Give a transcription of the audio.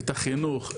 את החינוך,